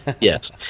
Yes